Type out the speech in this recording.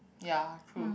ya true